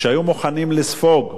היו מוכנות לספוג,